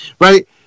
Right